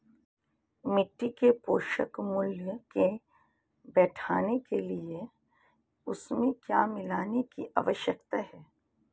मिट्टी के पोषक मूल्य को बढ़ाने के लिए उसमें क्या मिलाने की आवश्यकता है?